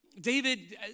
David